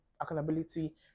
accountability